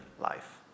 life